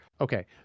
Okay